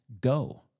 go